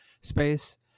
space